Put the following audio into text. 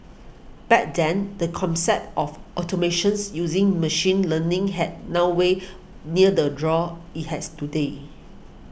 back then the concept of automations using machine learning had noway near the draw it has today